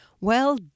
Well